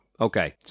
Okay